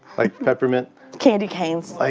like peppermint candy canes.